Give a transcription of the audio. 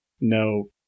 no